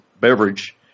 beverage